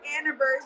anniversary